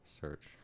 search